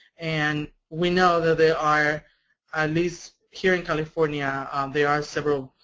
and we know that there are at least, here in california um there are several